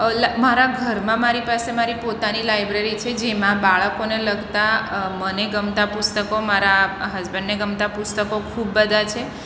મારા ઘરમાં મારી પાસે મારી પોતાની લાયબ્રેરી છે જેમાં બાળકોને લગતાં મને ગમતાં પુસ્તકો મારા હસબન્ડને ગમતાં પુસ્તકો ખૂબ બધાં છે